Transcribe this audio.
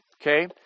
Okay